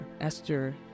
Esther